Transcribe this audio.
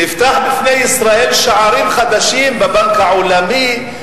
נפתחים בפני ישראל שערים חדשים בבנק העולמי,